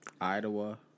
Idaho